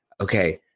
okay